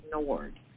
ignored